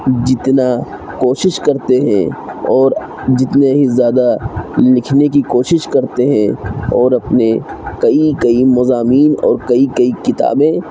جتنا کوشش کرتے ہیں اور جتنے ہی زیادہ لکھنے کی کوشش کرتے ہیں اور اپنے کئی کئی مضامین اور کئی کئی کتابیں